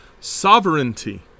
Sovereignty